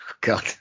God